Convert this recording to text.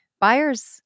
Buyers